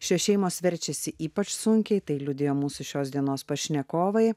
šios šeimos verčiasi ypač sunkiai tai liudija mūsų šios dienos pašnekovai